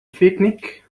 picnic